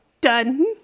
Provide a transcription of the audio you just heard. done